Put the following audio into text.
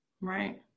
Right